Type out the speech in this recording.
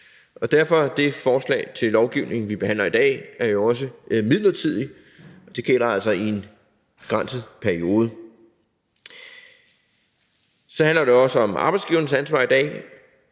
og derfor er det forslag til lovgivning, som vi behandler i dag, jo også midlertidigt. Det gælder altså i en begrænset periode. Så handler det også om arbejdsgivernes ansvar i dag.